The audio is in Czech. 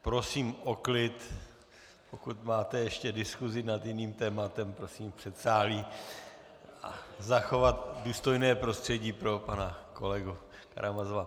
Prosím o klid, pokud máte ještě diskusi nad jiným tématem, prosím v předsálí a zachovat důstojné prostředí pro pana kolegu Karamazova.